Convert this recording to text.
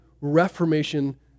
reformation